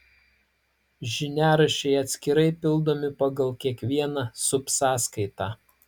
žiniaraščiai atskirai pildomi pagal kiekvieną subsąskaitą